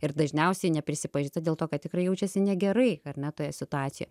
ir dažniausiai neprisipažįsta dėl to kad tikrai jaučiasi negerai ar ne toje situacijo